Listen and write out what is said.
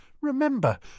Remember